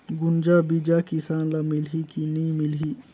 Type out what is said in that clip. गुनजा बिजा किसान ल मिलही की नी मिलही?